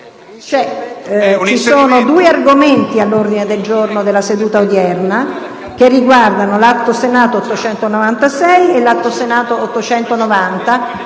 Ci sono due argomenti all'ordine del giorno della seduta odierna: l'Atto Senato n. 896 e l'atto Senato n.